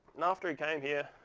and after he came here,